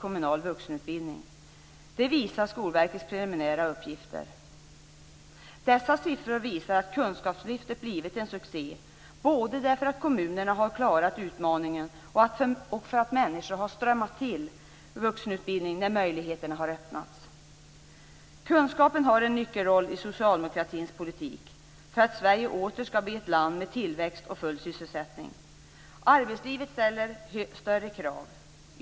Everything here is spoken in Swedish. Minst Dessa siffror visar att kunskapslyftet blivit en succé både därför att våra kommuner har klarat utmaningen och därför att människor har strömmat till vuxenutbildningen när möjligheterna har öppnats. Kunskapen har en nyckelroll i socialdemokratins politik för att Sverige åter skall bli ett land med tillväxt och full sysselsättning. Arbetslivet ställer allt större krav.